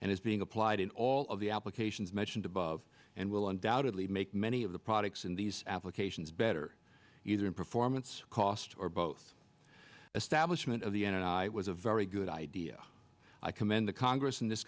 it's being applied in all of the applications mentioned above and will undoubtedly make many of the products in these applications better either in performance cost or both establishment of the end and i was a very good idea i commend the congress in this